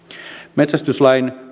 metsästyslain